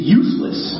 useless